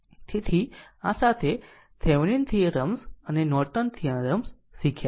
તેથી આ સાથે થીવેનિન થીયરમ્સ અને નોર્ટન થીયરમ્સ શીખ્યા